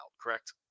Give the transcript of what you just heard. correct